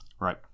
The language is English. Right